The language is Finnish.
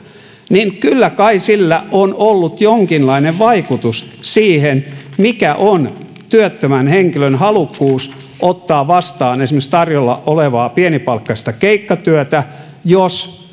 niin kyllä kai sillä on ollut jonkinlainen vaikutus siihen mikä on työttömän henkilön halukkuus ottaa vastaan esimerkiksi tarjolla olevaa pienipalkkaista keikkatyötä jos